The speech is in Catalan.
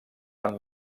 van